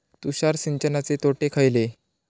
तुषार सिंचनाचे तोटे खयले?